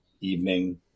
evening